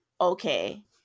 okay